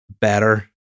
better